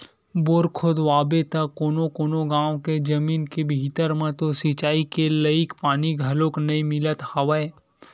bore खोदवाबे त कोनो कोनो गाँव के जमीन के भीतरी म तो सिचई के लईक पानी घलोक नइ मिलत हवय